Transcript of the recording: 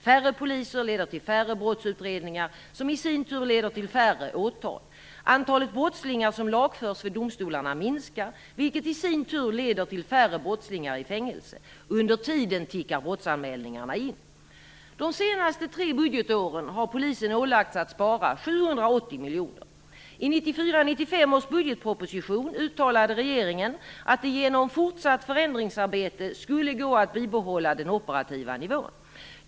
Färre poliser leder till färre brottsutredningar som i sin tur leder till färre åtal. Antalet brottslingar som lagförs vid domstolarna minskar vilket i sin tur leder till färre brottslingar i fängelse. Under tiden tickar brottsanmälningarna in. De senaste tre budgetåren har polisen ålagts att spara 780 miljoner. I 1994/95 års budgetproposition uttalade regeringen att det genom fortsatt förändringsarbete skulle gå att bibehålla den operativa nivån.